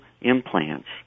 implants